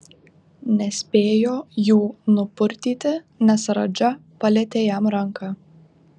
nespėjo jų nupurtyti nes radža palietė jam ranką